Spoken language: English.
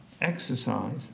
exercise